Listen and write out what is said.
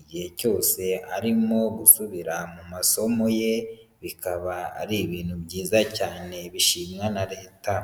igihe cyose arimo gusubira mu masomo ye, bikaba ari ibintu byiza cyane bishimwa na leta.